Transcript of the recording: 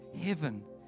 heaven